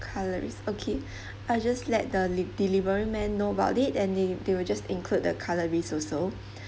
cutleries okay I'll just let the delivery man know about it and they they will just include the cutleries also